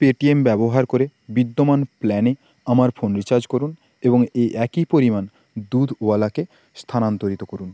Paytm ব্যবহার করে বিদ্যমান প্ল্যানে আমার ফোন রিচার্জ করুন এবং এই একই পরিমাণ দুধওয়ালাকে স্থানান্তরিত করুন